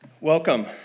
Welcome